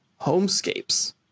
Homescapes